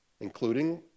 including